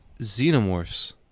xenomorphs